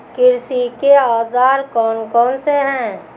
कृषि के औजार कौन कौन से हैं?